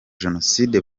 jenoside